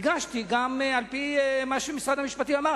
והגשתי גם על-פי מה שמשרד המשפטים אמר.